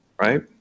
Right